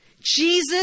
Jesus